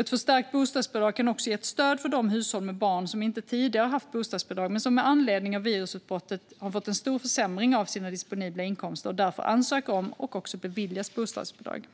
Ett förstärkt bostadsbidrag kan också vara ett stöd för de hushåll med barn som inte tidigare har haft bostadsbidrag men som med anledning av virusutbrottet har fått en stor försämring av sina disponibla inkomster och därför ansöker om och beviljas bostadsbidrag.